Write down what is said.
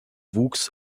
wuchs